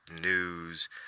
news